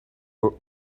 where